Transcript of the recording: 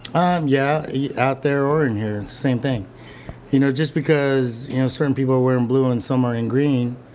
um, yeah yeah, out there or in here. same thing you know, just because you know certain people are wearing blue and some are in green,